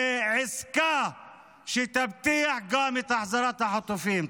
לעסקה שתבטיח גם את החזרת החטופים.